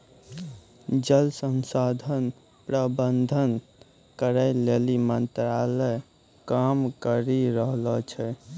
जल संसाधन प्रबंधन करै लेली मंत्रालय काम करी रहलो छै